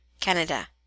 Canada